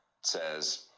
says